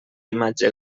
imatge